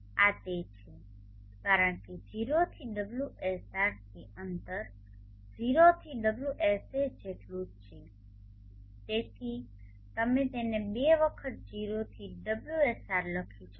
આ તે છે કારણ કે 0 થી ωSR થી અંતર 0 થી ωSS જેટલું જ છે જેથી તમે તેને 2 વખત 0 થી ωSR લખી શકો